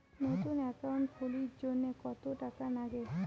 নতুন একাউন্ট খুলির জন্যে কত টাকা নাগে?